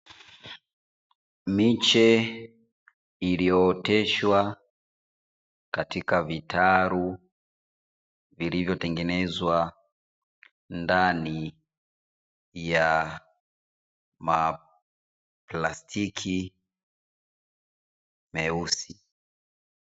Miche iliyooteshwa katika vitalu vilivyotengenezwa ndani ya maplastiki meusi.